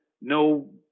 no